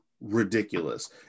ridiculous